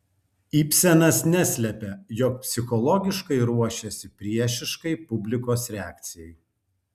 ibsenas neslepia jog psichologiškai ruošėsi priešiškai publikos reakcijai